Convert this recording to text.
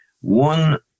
One